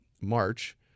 March